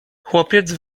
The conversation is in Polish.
chłopiec